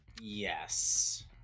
Yes